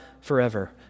forever